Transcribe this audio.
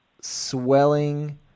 swelling